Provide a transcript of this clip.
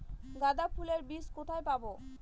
গাঁদা ফুলের বীজ কোথায় পাবো?